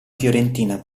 fiorentina